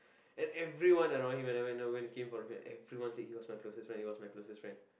and everyone around him when I know came for the funeral everyone said he was my closest friend he was my closest friend